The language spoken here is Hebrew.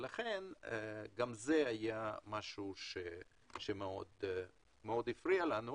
זה גם היה משהו שהפריע לנו.